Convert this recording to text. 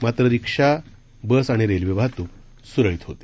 मात्र rickshaw bus आणि railway वाहतूक सुरळीत होती